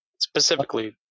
specifically